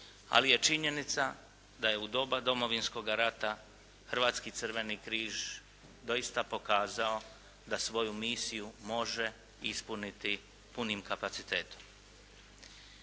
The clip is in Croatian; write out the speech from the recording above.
ali je činjenica da je u doba Domovinskoga rata Hrvatski crveni križ doista pokazao da svoju misiju može ispuniti punim kapacitetom.